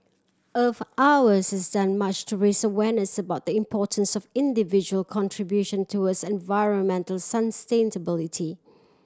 Earth Hour has done much to raise awareness about the importance of individual contribution towards environmental sustainability